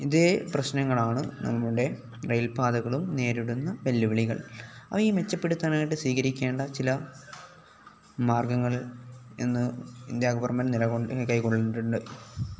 ഇതേ പ്രശ്നങ്ങളാണ് നമ്മുടെ റെയിൽ പാതകളും നേരിടുന്ന വെല്ലുവിളികൾ അവ മെച്ചപ്പെടുത്താനായിട്ട് സ്വീകരിക്കേണ്ട ചില മാർഗ്ഗങ്ങൾ ഇന്ന് ഇന്ത്യ ഗവൺമെൻ്റ് നില കൊണ്ട് കൈ കൊണ്ടിട്ടുണ്ട്